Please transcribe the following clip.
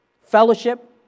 fellowship